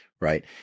right